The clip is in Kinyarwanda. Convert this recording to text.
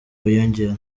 biyongera